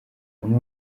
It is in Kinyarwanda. amwe